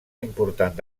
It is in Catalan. important